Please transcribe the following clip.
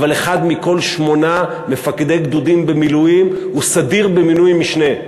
אבל אחד מכל שמונה מפקדי גדודים במילואים הוא סדיר במינוי משנה.